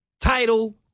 title